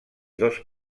dos